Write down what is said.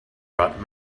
brought